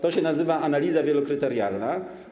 To się nazywa analiza wielokryterialna.